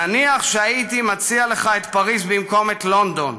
נניח שהייתי מציע לך את פריז במקום לונדון,